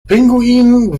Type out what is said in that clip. pinguinen